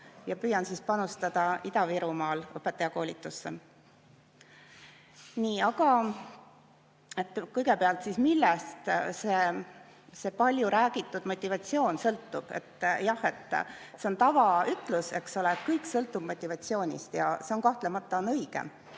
ja püüan panustada Ida-Virumaal õpetajakoolitusse. Nii, aga kõigepealt, millest see palju räägitud motivatsioon sõltub? Jah, see on tavaütlus, eks ole, et kõik sõltub motivatsioonist. See on kahtlemata õige.